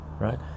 Right